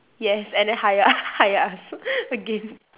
yes and then hire hire us again